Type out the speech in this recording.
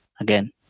again